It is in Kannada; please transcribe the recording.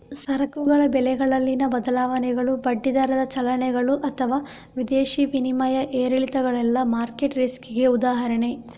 ಸರಕುಗಳ ಬೆಲೆಗಳಲ್ಲಿನ ಬದಲಾವಣೆಗಳು, ಬಡ್ಡಿ ದರದ ಚಲನೆಗಳು ಅಥವಾ ವಿದೇಶಿ ವಿನಿಮಯ ಏರಿಳಿತಗಳೆಲ್ಲ ಮಾರ್ಕೆಟ್ ರಿಸ್ಕಿಗೆ ಉದಾಹರಣೆ